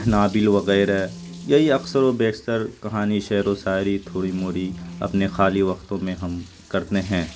نابل وغیرہ یہی اکثر و بیشتر کہانی شعر و ساعری تھوڑی موڑی اپنے خالی وقتوں میں ہم کرتے ہیں